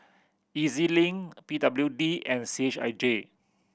E Z Link P W D and C H I J